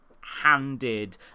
handed